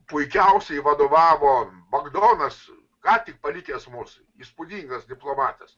puikiausiai vadovavo bagdonas ką tik palikęs mus įspūdingas diplomatas